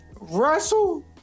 Russell